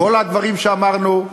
לא, לא, בסדר גמור.